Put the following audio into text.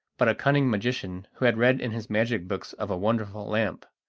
but a cunning magician who had read in his magic books of a wonderful lamp,